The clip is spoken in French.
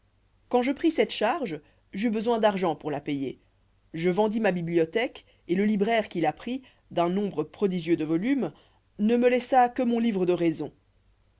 quand je pris cette charge j'eus besoin d'argent pour payer mes provisions je vendis ma bibliothèque et le libraire qui la prit d'un nombre prodigieux de volumes ne me laissa que mon livre de raison